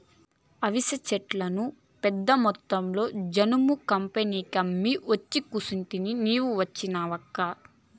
అవిసె సెట్లను పెద్దమొత్తంలో జనుము కంపెనీలకమ్మి ఒచ్చి కూసుంటిని నీ వచ్చినావక్కా